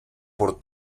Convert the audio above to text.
por